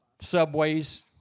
subways